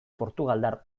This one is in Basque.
portugaldar